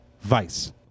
Vice